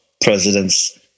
president's